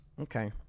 Okay